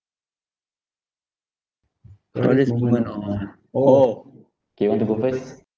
proudest moment ah orh K want to go first